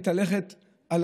שמתהלכת,